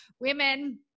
women